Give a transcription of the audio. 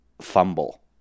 fumble